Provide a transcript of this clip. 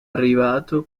arrivato